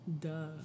duh